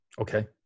Okay